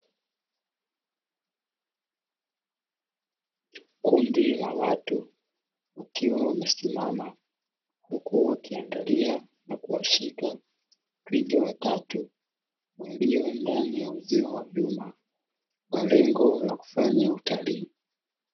Kundi la watu wakiwa wamesimama, huku wakiangalia na kuwashika twiga watatu walio ndani ya uzio wa vyuma kwa lengo la kufanya utalii.